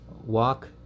walk